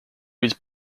was